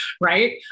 right